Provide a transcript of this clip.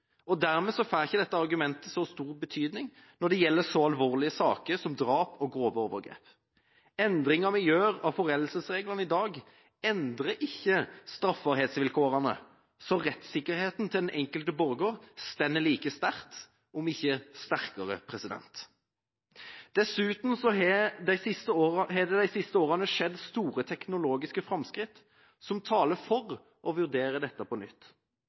Og dermed får ikke dette argumentet så stor betydning når det gjelder så alvorlige saker som drap og grove overgrep. Endringen vi gjør i foreldelsesreglene i dag, endrer ikke straffbarhetsvilkårene, så rettssikkerheten til den enkelte borger står like sterkt – om ikke sterkere. Dessuten har det de siste årene skjedd store teknologiske framskritt, som taler for å vurdere dette på nytt.